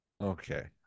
Okay